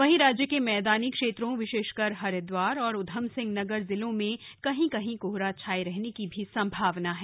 वहीं राज्य के मैदानी क्षेत्रों विशेषकर हरिद्वार उधमसिंह नगर जिलों में कहीं कहीं कोहरा छाये रहने की संभावना है